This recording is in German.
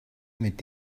mit